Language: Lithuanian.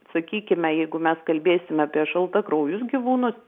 sakykime jeigu mes kalbėsim apie šaltakraujus gyvūnus